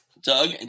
Doug